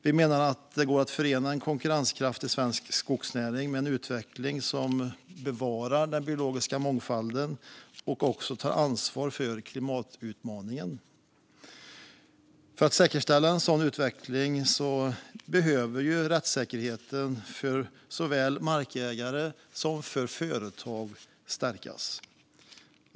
Vi menar att det går att förena en konkurrenskraftig svensk skogsnäring med en utveckling som bevarar den biologiska mångfalden och också tar ansvar för klimatutmaningen. För att säkerställa en sådan utveckling behöver rättssäkerheten för såväl markägare som företag stärkas.